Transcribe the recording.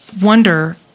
wonder